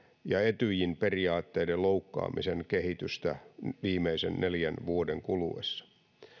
ja etyjin periaatteiden loukkaamisen kehitystä viimeisen neljän vuoden kuluessa